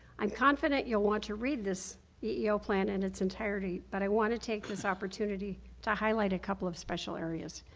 i am confident you will want to read this eeo plan in its entirety, but i want to take this opportunity to highlight a couple of special areas.